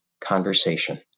conversation